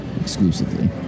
exclusively